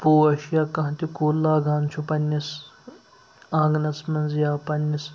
پوش یا کانٛہہ تہِ کُل لاگان چھُ پنٛنِس آنٛگنَس منٛز یا پنٛنِس